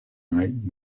night